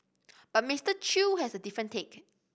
but Mister Chew has a different take